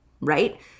right